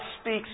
speaks